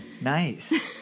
Nice